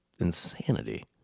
insanity